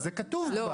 זה כתוב כבר.